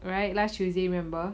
alright last tuesday remember